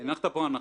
אתה הנחת פה הנחה,